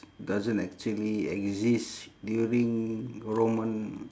doesn't actually exist during roman